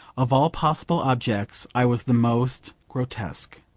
of all possible objects i was the most grotesque.